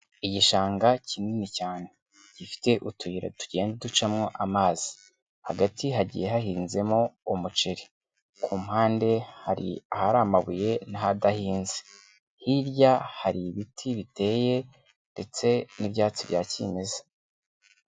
Igishanga kinini cyane, gifite utuyira tugenda ducamo amazi, hagati hagiye hahinzemo umuceri, ku mpande hari ahari amabuye n'ahadahinze, hirya hari ibiti biteye ndetse n'ibyatsi bya kimeza.